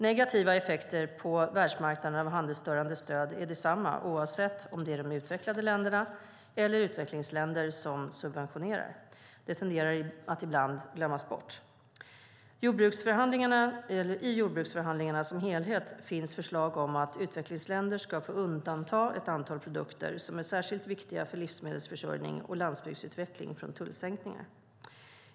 Negativa effekter på världsmarknaden av handelsstörande stöd är desamma oavsett om det är de utvecklade länderna eller utvecklingsländer som subventionerar. Det tenderar att ibland glömmas bort. I jordbruksförhandlingarna som helhet finns förslag om att utvecklingsländer ska få undanta ett antal produkter som är särskilt viktiga för livsmedelsförsörjning och landsbygdsutveckling från tullsänkningar.